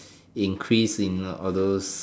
increase in all those